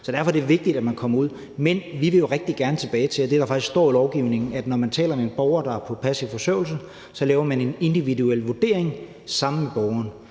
så derfor er det vigtigt, at man kommer ud. Men vi vil rigtig gerne tilbage til det, der faktisk står i lovgivningen, nemlig at når man taler med en borger, der er på passiv forsørgelse, så laver man en individuel vurdering sammen med borgeren.